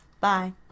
Bye